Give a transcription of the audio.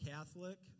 Catholic